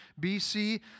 BC